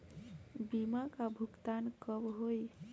बीमा का भुगतान कब होइ?